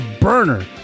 burner